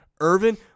Irvin